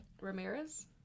ramirez